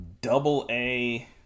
double-A